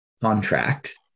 contract